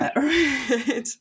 Right